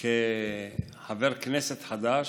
שלי כחבר כנסת חדש,